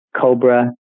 Cobra